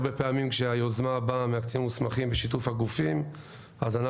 הרבה פעמים כשהיוזמה באה מהקצינים המוסמכים בשיתוף הגופים אנחנו,